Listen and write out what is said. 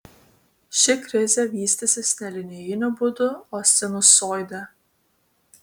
ši krizė vystysis ne linijiniu būdu o sinusoide